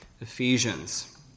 Ephesians